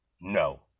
No